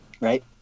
right